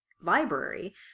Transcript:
library